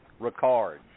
Ricard